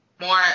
more